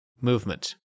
movement